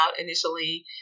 initially